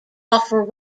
offer